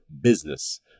business